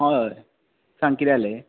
हय सांग कितें जालें